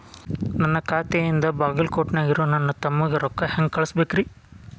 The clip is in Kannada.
ನನ್ನ ಖಾತೆಯಿಂದ ಬಾಗಲ್ಕೋಟ್ ನ್ಯಾಗ್ ಇರೋ ನನ್ನ ತಮ್ಮಗ ರೊಕ್ಕ ಹೆಂಗ್ ಕಳಸಬೇಕ್ರಿ?